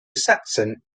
saxon